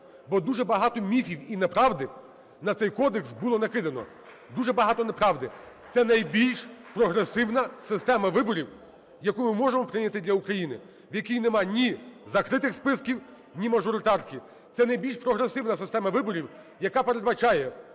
Бо дуже багато міфів і неправди на цей кодекс було накидано, дуже багато неправди. Це найбільш прогресивна система виборів, яку ми можемо прийняти для України, в якій нема ні закритих списків, німажоритарки. Це найбільш прогресивна система виборів, яка передбачає,